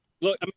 Look